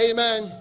Amen